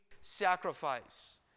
Sacrifice